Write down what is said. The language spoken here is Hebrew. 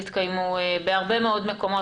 בהרבה מאוד מקומות,